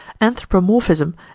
anthropomorphism